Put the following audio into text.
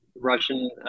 Russian